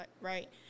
right